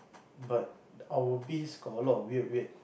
but our base got a lot of weird weird